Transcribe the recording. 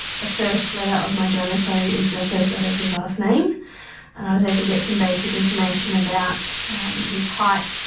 the first letter of my donor code is the first letter of his last name and i was able to get some basic information about his height,